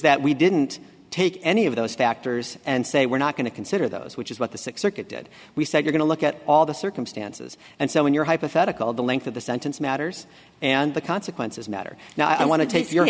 that we didn't take any of those factors and say we're not going to consider those which is what the six circuit did we said we're going to look at all the circumstances and so when your hypothetical the length of the sentence matters and the consequences matter now i want to take your